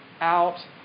out